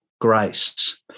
grace